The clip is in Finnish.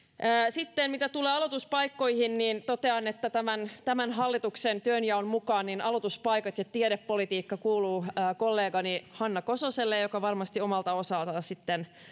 sitten mitä tulee aloituspaikkoihin totean että tämän tämän hallituksen työnjaon mukaan aloituspaikat ja tiedepolitiikka kuuluvat kollegalleni hanna kososelle joka varmasti omalta osaltaan sitten